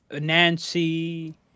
Nancy